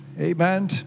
Amen